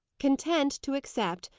content to accept,